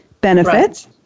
benefits